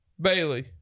Bailey